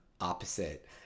opposite